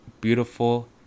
beautiful